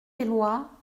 éloi